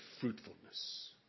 fruitfulness